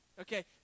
Okay